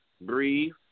Breathe